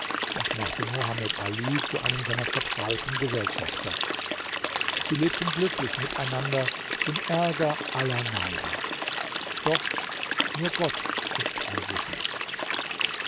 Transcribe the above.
und machte mohamed ali zu einem seiner vertrauten gesellschafter sie lebten glücklich miteinander zum ärger aller neider doch nur gott ist allwissend